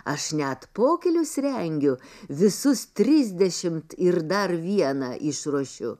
aš net pokylius rengiu visus trisdešimt ir dar vieną išruošiu